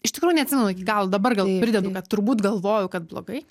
iš tikrųjų neatsimenu iki galo dabar gal pridedu kad turbūt galvojau kad blogai